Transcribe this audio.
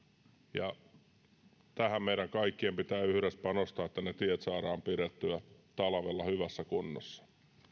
ja siihen meidän kaikkien pitää yhdessä panostaa että ne tiet saadaan pidettyä talvella hyvässä kunnossa